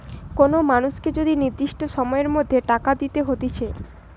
কোন মানুষকে যদি নির্দিষ্ট সময়ের মধ্যে টাকা দিতে হতিছে